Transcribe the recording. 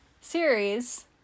series